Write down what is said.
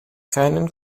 keinen